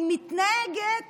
היא מתנהגת